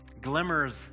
glimmers